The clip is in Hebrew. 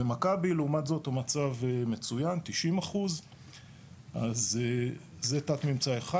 במכבי לעומת זאת מצב מצוין 90%. זה תת ממצא אחד